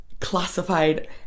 classified